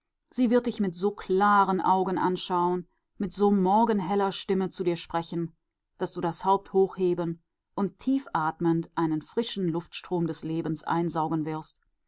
sie wird dich mit so klaren augen anschauen mit so morgenheller stimme zu dir sprechen daß du das haupt hochheben und tief atmend einen frischen luftstrom des lebens einsaugen wirst